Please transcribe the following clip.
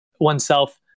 oneself